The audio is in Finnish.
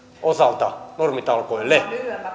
osalta normitalkoille